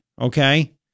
Okay